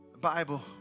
Bible